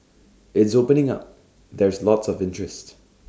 it's opening up there's lots of interest